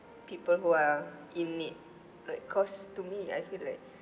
people who are in need like cause to me I feel like